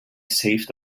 saved